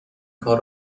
کار